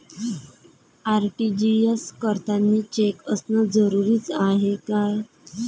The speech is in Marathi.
आर.टी.जी.एस करतांनी चेक असनं जरुरीच हाय का?